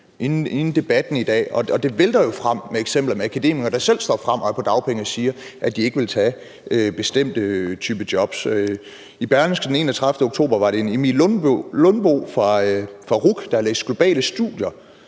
inden debatten i dag, og det vælter jo frem med eksempler på akademikere på dagpenge, der selv står frem og siger, at de ikke vil tage bestemte typer job. I Berlingske den 31. oktober var det en Emil Lundbo fra RUC, der læste globale studier,